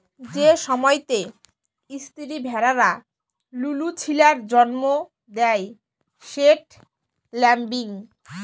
যে সময়তে ইস্তিরি ভেড়ারা লুলু ছিলার জল্ম দেয় সেট ল্যাম্বিং